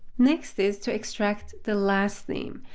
next is to extract the last name.